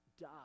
die